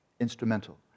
instrumental